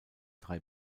drei